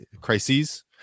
crises